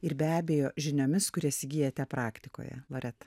ir be abejo žiniomis kurias įgyjate praktikoje loreta